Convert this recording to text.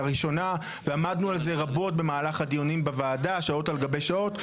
הראשונה ועמדנו על זה רבות במהלך הדיונים בוועדה שעות על גבי שעות,